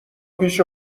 پیش